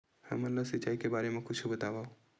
हमन ला सिंचाई के बारे मा कुछु बतावव?